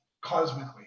cosmically